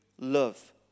love